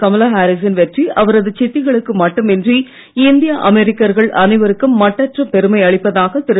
கமலா ஹாரிசின் வெற்றி அவரது சித்திகளுக்கு மட்டுமின்றி இந்தியா அமெரிக்கர்கள் அனைவருக்கும் மட்டற்ற பெருமை அளிப்பதாக திரு